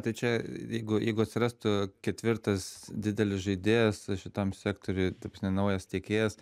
tai čia jeigu jeigu atsirastų ketvirtas didelis žaidėjas šitam sektoriuj ta prasme naujas tiekėjas